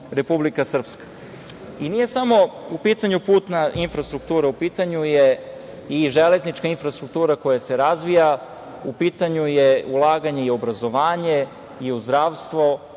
Republika Srpska. Nije samo u pitanju putna infrastruktura, u pitanju je i železnička infrastruktura koja se razvija. U pitanju je ulaganje i u obrazovanje, u zdravstvo,